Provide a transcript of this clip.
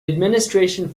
administration